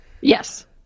Yes